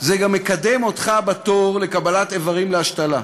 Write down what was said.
זה גם מקדם אותך בתור לקבלת איברים להשתלה.